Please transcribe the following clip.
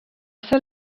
ser